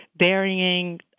varying